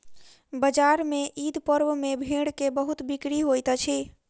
बजार में ईद पर्व में भेड़ के बहुत बिक्री होइत अछि